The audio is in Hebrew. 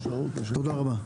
תודה רבה.